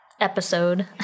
episode